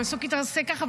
המסוק התרסק ככה,